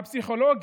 הפסיכולוגי,